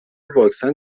واکسن